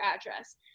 address